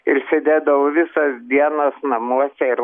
ir sėdėdavau visas dienas namuose ir